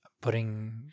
putting